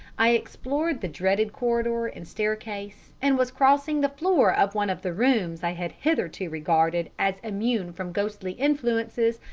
i explored the dreaded corridor and staircase, and was crossing the floor of one of the rooms i had hitherto regarded as immune from ghostly influences,